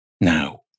now